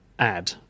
add